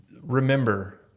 remember